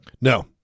No